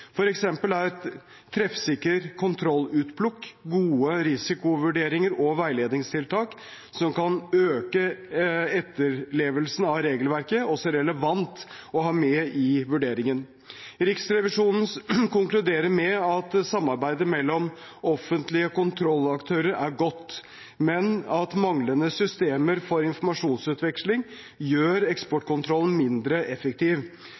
treffsikker kontrollutplukk, gode risikovurderinger og veiledningstiltak som kan øke etterlevelsen av regelverket, også relevant å ha med i vurderingen. Riksrevisjonen konkluderer med at samarbeidet mellom offentlige kontrollaktører er godt, men at manglende systemer for informasjonsutveksling gjør eksportkontrollen mindre effektiv.